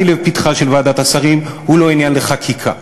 לפתחה של ועדת השרים הוא לא עניין לחקיקה,